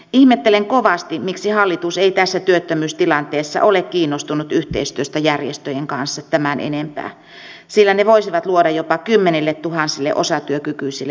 ihmettelen kovasti miksi hallitus ei tässä työttömyystilanteessa ole kiinnostunut yhteistyöstä järjestöjen kanssa tämän enempää sillä ne voisivat luoda jopa kymmenilletuhansille osatyökykyisille mielekkäitä työelämäpolkuja